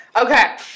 Okay